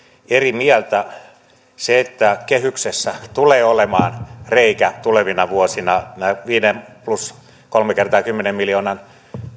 eri mieltä kehyksessä tulee olemaan reikä tulevina vuosina nämä viiden plus kolme kertaa kymmenen miljoonan